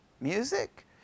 music